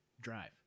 drive